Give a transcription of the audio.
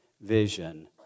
vision